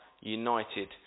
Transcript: united